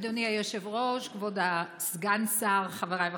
אדוני היושב-ראש, כבוד סגן השר, חבריי וחברותיי,